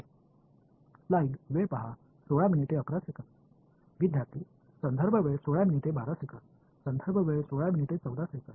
மாணவர் r இன் செயல்பாடு ஆம் எல்லை இருக்கும் இடத்தின் செயல்பாடாக மாணவர் ஆமாம் எல்லாம் ஒரு எழுத வேண்டும் ஆம்